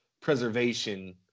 preservation